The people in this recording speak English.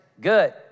Good